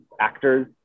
actors